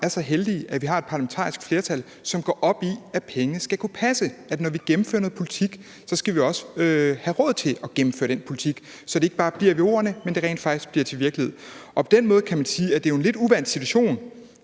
er så heldige, at vi har et parlamentarisk flertal, som går op i, at pengene skal kunne passe, og at når vi gennemfører noget politik, skal vi også have råd til at gennemføre den politik, så det ikke bare bliver ved ordene, men at det rent faktisk bliver til virkelighed. På den måde kan man sige, at det, i hvert fald for mig,